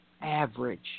average